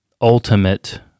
ultimate